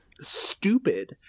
stupid